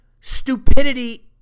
stupidity